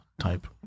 type